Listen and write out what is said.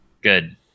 Good